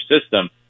system